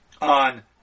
on